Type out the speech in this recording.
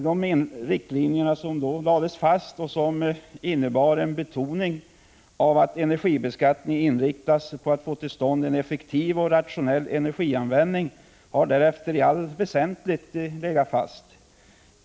De riktlinjer som då lades fast och som innebar en betoning av att energibeskattningen skall inriktas på att få till stånd en effektiv och rationell energianvändning har därefter i allt väsentligt legat fast.